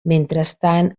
mentrestant